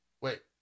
Wait